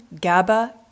GABA